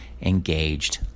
engaged